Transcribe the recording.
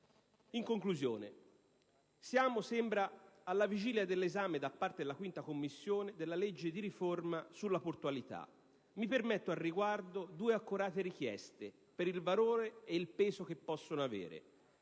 In conclusione, siamo - così sembra - alla vigilia dell'esame da parte della 5a Commissione della legge di riforma sulla portualità. Mi permetto al riguardo di rivolgere due accorate richieste, per il valore ed il peso che possono avere.